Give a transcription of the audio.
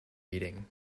meeting